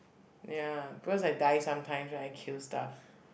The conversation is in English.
ya because I die sometimes when I kill stuff